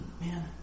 Man